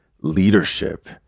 leadership